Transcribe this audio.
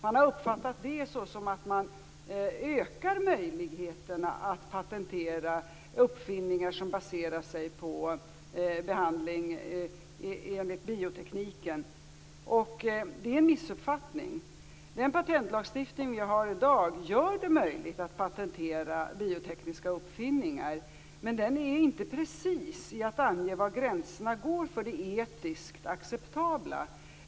Man har uppfattat det som att det skall gå att öka möjligheterna att patentera uppfinningar som baserar sig på behandling enligt biotekniken. Det är en missuppfattning. Den patentlagstiftning som finns i dag gör det möjligt att patentera biotekniska uppfinningar. Den är inte precis i att ange var gränserna går för det etiskt acceptabla.